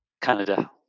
Canada